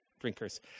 drinkers